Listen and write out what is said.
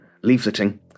leafleting